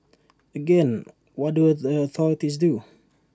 again what do the authorities do